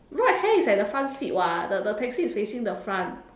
right hand is at the front seat [what] the the taxi is facing the front